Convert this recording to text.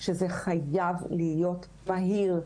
שזה חייב להיות מהיר,